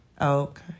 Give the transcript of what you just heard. Okay